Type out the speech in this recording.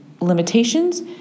limitations